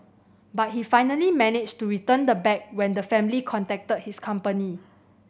but he finally managed to return the bag when the family contacted his company